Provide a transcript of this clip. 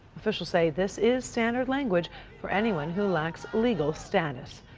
officials say this is standard language for anyone who lacks legal status.